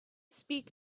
speak